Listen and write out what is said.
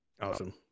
Awesome